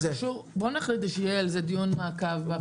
בואו נחליט שיהיה על זה דיון מעקב.